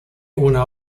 una